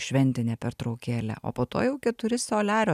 šventinė pertraukėlė o po to jau keturi soliario